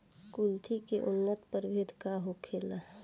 कुलथी के उन्नत प्रभेद का होखेला?